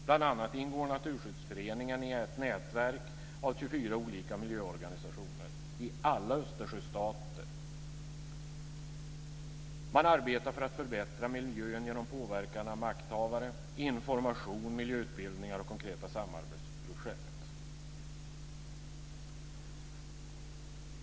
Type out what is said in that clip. Bl.a. ingår Naturskyddsföreningen i ett nätverk av 24 olika miljöorganisationer i alla Östersjöstater. Man arbetar för att förbättra miljön genom påverkan av makthavare, information, miljöutbildningar och konkreta samarbetsprojekt.